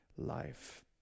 life